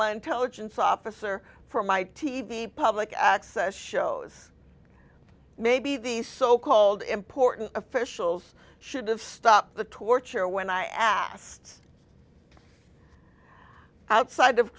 my intelligence officer for my t v public access shows maybe these so called important officials should have stopped the torture when i asked outside of